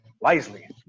wisely